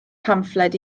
pamffled